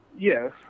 Yes